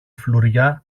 φλουριά